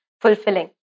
fulfilling